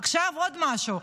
עכשיו עוד משהו.